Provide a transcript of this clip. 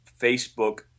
Facebook